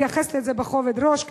תתייחס לזה בכובד ראש,